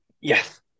Yes